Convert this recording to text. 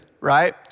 right